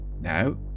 Now